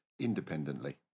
independently